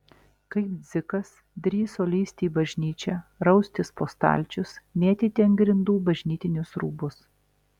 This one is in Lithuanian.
kaip dzikas drįso lįsti į bažnyčią raustis po stalčius mėtyti ant grindų bažnytinius rūbus